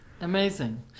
Amazing